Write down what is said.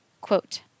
Quote